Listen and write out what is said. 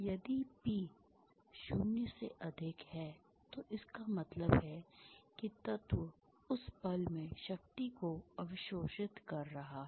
यदि P 0 है तो इसका मतलब है कि तत्व उस पल में शक्ति को अवशोषित कर रहा है